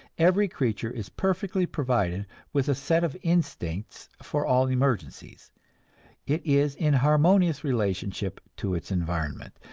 every creature is perfectly provided with a set of instincts for all emergencies it is in harmonious relationship to its environment,